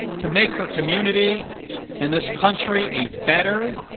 to make her community and this country a better,